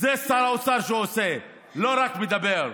זה שר אוצר שעושה, לא רק מדבר.